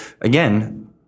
again